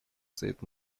стоит